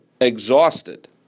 exhausted